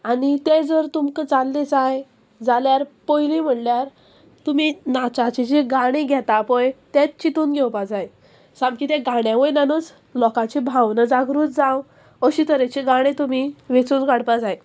आनी ते जर तुमकां जाल्ले जाय जाल्यार पयली म्हणल्यार तुमी नाचाची जी गाणी घेता पळय तेंच चिंतून घेवपा जाय सामकी ते गाण्या वयनानूच लोकांचे भावना जागृत जावं अशी तरेची गाणी तुमी वेंचून काडपा जाय